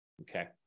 okay